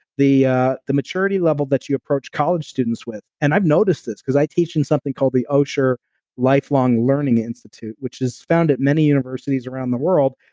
the ah the maturity level that you approach college students with, and i've noticed this, because i'm teaching something called the osher lifelong learning institute, which is found at many universities around the world.